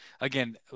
again